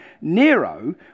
Nero